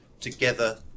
together